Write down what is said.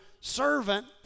servant